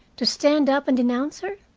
to stand up and denounce her?